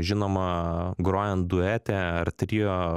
žinoma grojant duete ar trio